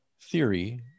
theory